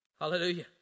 Hallelujah